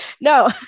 No